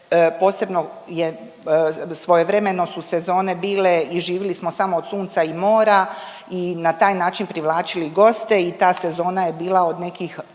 posebno je svojevremeno su sezone bile i živili smo samo od sunca i mora i na taj način privlačili goste i ta sezona je bila od nekih